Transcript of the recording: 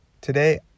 Today